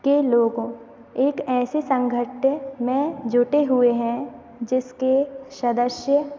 के लोगों एक ऐसे संगठन में जुटे हुए हैं जिसके सदस्य